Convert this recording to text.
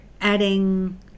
adding